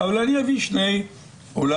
אני אביא שני קוריוזים: